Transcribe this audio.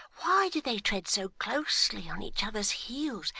why do they tread so closely on each other's heels,